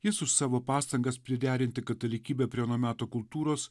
jis už savo pastangas priderinti katalikybę prie ano meto kultūros